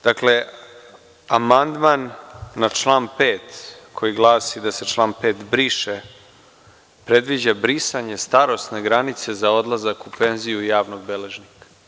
Dakle, amandman na član 5, koji glasi da se član 5. briše, predviđa brisanje starosne granice za odlazak u penziju javnog beležnika.